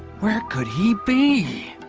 where could he be